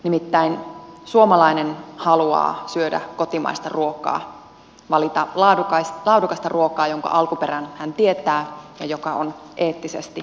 nimittäin suomalainen haluaa syödä kotimaista ruokaa valita laadukasta ruokaa jonka alkuperän hän tietää ja joka on eettisesti luotettavaa